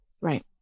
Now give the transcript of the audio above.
Right